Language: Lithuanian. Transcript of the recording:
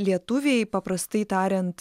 lietuviai paprastai tariant